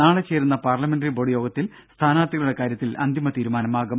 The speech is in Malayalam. നാളെ ചേരുന്ന പാർലമെന്ററി ബോർഡ് യോഗത്തിൽ സ്ഥാനാർത്ഥികളുടെ കാര്യത്തിൽ അന്തിമതീരുമാനമാകും